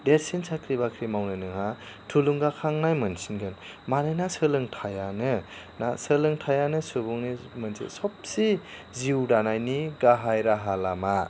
देरसिन साख्रि बाख्रि मावनो नोंहा थुलुंगा खांनाय मोनसिनगोन मानोना सोलोंथाइयानो ना सोलोंथाइयानो सुबुंनि मोनसे सबसे जिउ दानायनि गाहाय राहा लामा